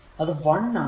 അത് 1 ആണ്